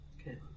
Okay